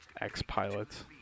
X-pilots